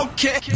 Okay